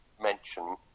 mention